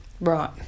Right